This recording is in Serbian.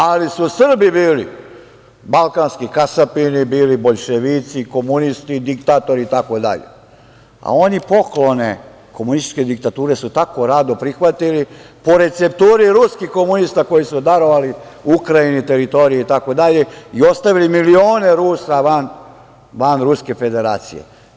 Ali su Srbi bili balkanski kasapini, bili boljševici, komunisti, diktatori itd, a oni poklone komunističke diktature su tako rado prihvatili, po recepturi ruskih komunista koji su darovali Ukrajini teritorije itd, i ostavili milione Rusa van Ruske Federacije.